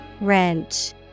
Wrench